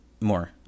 more